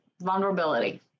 vulnerability